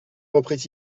reprit